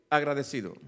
agradecido